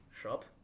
shop